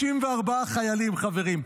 64 חיילים, חברים.